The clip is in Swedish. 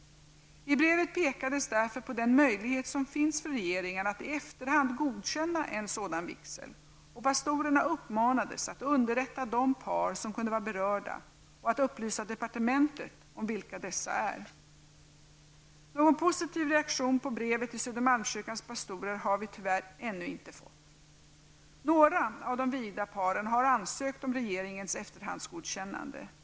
I brevet pekades därför på den möjlighet som finns för regeringen att i efterhand godkänna en sådan vigsel, och pastorerna uppmanades att underrätta de par som kunde vara berörda och att upplysa departementet om vilka dessa är. Någon positiv reaktion på brevet till Södermalmskyrkans pastorer har vi tyvärr ännu inte fått. Några av de vigda paren har ansökt om regeringens efterhandsgodkännande.